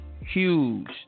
huge